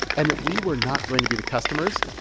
and that we were not going to be the customers.